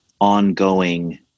ongoing